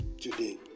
today